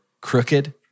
crooked